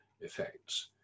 effects